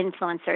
influencers